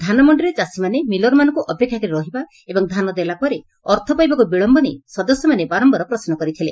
ଧାନମ ଚାଷୀମାନେ ମିଲରମାନଙ୍କୁ ଅପେକ୍ଷା କରି ରହିବା ଏବଂ ଧାନ ଦେଲା ପରେ ଅର୍ଥ ପାଇବାକୁ ବିଳମ୍ୟ ନେଇ ସଦସ୍ୟମାନେ ବାରମ୍ୟାର ପ୍ରଶ୍ନ କରିଥିଲେ